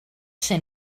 ser